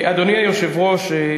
אדוני היושב-ראש,